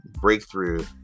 Breakthrough